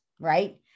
right